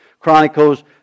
Chronicles